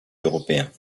européens